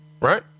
right